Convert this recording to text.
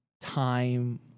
time